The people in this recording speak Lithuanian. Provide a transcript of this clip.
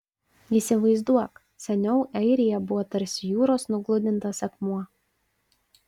įsivaizduok seniau airija buvo tarsi jūros nugludintas akmuo